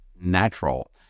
natural